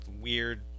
weird